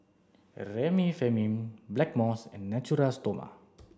Remifemin Blackmores and Natura Stoma